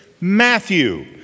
Matthew